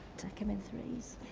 take them in three?